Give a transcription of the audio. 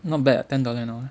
not bad ten dollar an hour